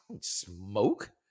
smoke